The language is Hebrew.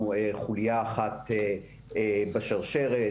אנחנו חוליה אחת בשרשרת.